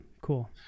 Cool